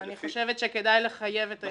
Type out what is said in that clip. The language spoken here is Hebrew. אני חושבת שכדאי לחייב את העיריות לעשות את זה.